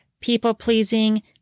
people-pleasing